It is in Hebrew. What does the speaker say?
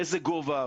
באיזה גובה,